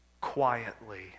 quietly